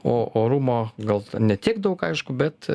o orumo gal ne tiek daug aišku bet